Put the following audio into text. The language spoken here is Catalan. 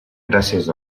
gràcies